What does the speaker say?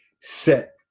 set